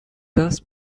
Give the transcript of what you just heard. das